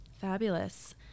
Fabulous